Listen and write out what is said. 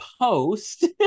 Post